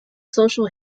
social